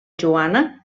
joana